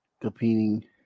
competing